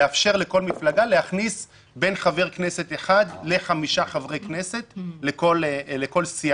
לאפשר לכל מפלגה להכניס בין חבר כנסת אחד לחמישה חברי כנסת לכל סיעה,